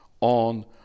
on